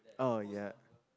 oh ya